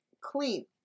clean